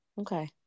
Okay